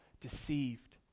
deceived